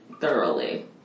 thoroughly